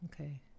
Okay